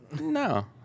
No